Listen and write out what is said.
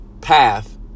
path